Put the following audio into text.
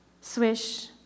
swish